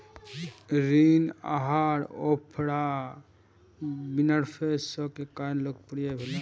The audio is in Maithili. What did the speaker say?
ऋण आहार ओपरा विनफ्रे शो के कारण लोकप्रिय भेलै